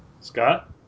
Scott